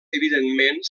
evidentment